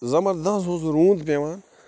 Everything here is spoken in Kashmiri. زبردست اوس روٗد پیٚوان